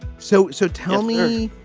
so so tell me,